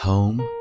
Home